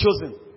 chosen